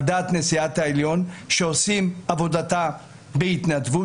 שעושים את עבודתם בהתנדבות,